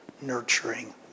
nurturing